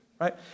right